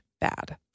bad